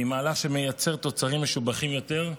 והיא מהלך שמייצר תוצרים משובחים יותר,